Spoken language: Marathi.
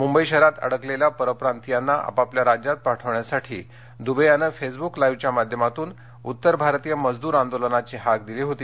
मुंबई शहरात अडकलेल्या परप्रांतीयांना आपापल्या राज्यात पाठविण्यासाठी दुबे याने फेसब्क लाईव्हच्या माध्यमातून उत्तर भारतीय मजदूर आंदोलनाची हाक दिली होती